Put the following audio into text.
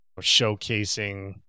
showcasing